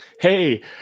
Hey